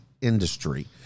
industry